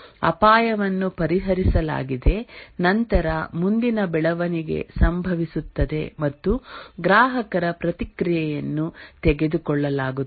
ಅಪಾಯವನ್ನು ಪರಿಹರಿಸಲಾಗಿದೆ ನಂತರ ಮುಂದಿನ ಬೆಳವಣಿಗೆ ಸಂಭವಿಸುತ್ತದೆ ಮತ್ತು ಗ್ರಾಹಕರ ಪ್ರತಿಕ್ರಿಯೆಯನ್ನು ತೆಗೆದುಕೊಳ್ಳಲಾಗುತ್ತದೆ